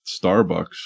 Starbucks